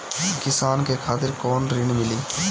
किसान के खातिर कौन ऋण मिली?